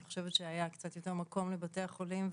אני חושבת שהיה קצת יותר מקום לבתי החולים,